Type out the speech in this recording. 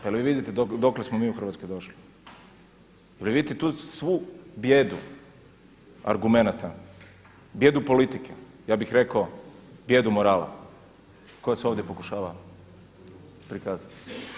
Pa jel vi vidite dokle smo mi u Hrvatskoj došli, jel vi vidite tu svu bijedu argumenata, bijedu politike, ja bih rekao bijedu morala koja se ovdje pokušava prikazati.